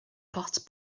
pot